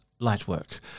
Lightwork